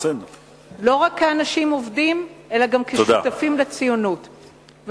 לא רק כאנשים עובדים אלא גם כשותפים לציונות.